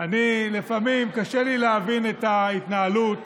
לפעמים קשה לי להבין את ההתנהלות